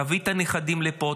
תביא את הנכדים לפה,